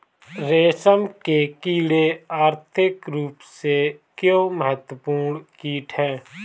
रेशम के कीड़े आर्थिक रूप से क्यों महत्वपूर्ण कीट हैं?